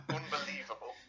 unbelievable